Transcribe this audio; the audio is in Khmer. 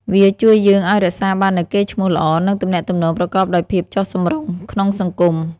វាជួយយើងឱ្យរក្សាបាននូវកេរ្តិ៍ឈ្មោះល្អ និងទំនាក់ទំនងប្រកបដោយភាពចុះសម្រុងក្នុងសង្គម។